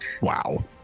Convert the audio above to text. Wow